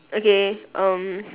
okay um